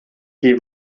die